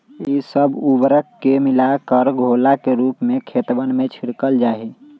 ई सब उर्वरक के मिलाकर घोला के रूप में खेतवन में छिड़कल जाहई